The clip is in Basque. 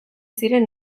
ziren